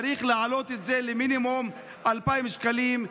צריך להעלות את זה למינימום 2,000 שקלים.